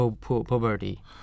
poverty